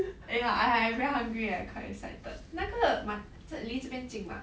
eh ya I I very hungry eh I quite excited 那个这离这边近吗